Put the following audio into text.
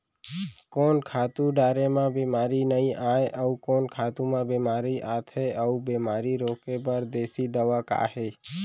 कोन खातू डारे म बेमारी नई आये, अऊ कोन खातू म बेमारी आथे अऊ बेमारी रोके बर देसी दवा का हे?